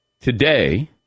Today